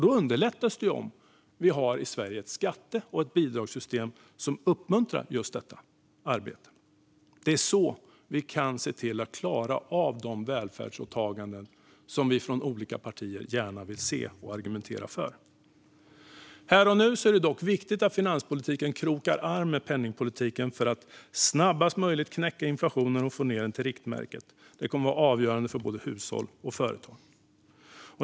Det underlättas om vi i Sverige har ett skatte och bidragssystem som uppmuntrar just arbete. Det är så vi kan se till att klara av de välfärdsåtaganden som vi från olika partier gärna vill se och argumenterar för. Här och nu är det dock viktigt att finanspolitiken krokar arm med penningpolitiken för att snabbast möjligt knäcka inflationen och få ned den till riktmärket. Det kommer att vara avgörande för både hushåll och företag.